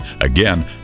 Again